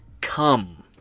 come